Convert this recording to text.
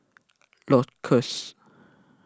Lacoste